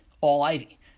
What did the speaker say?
All-Ivy